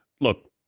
Look